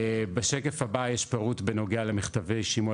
בשקף הבא יש פירוט בנוגע למכתבי שימוע